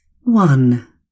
One